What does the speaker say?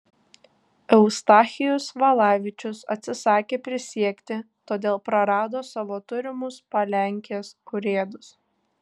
eustachijus valavičius atsisakė prisiekti todėl prarado savo turimus palenkės urėdus